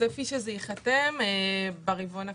שזה ייחתם ברבעון הקרוב.